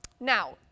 Now